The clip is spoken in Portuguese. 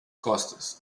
costas